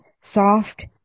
soft